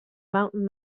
mountain